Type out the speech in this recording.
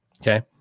Okay